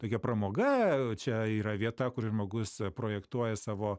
tokia pramoga čia yra vieta kur žmogus projektuoja savo